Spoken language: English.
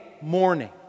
morning